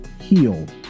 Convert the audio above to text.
healed